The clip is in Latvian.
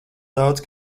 daudz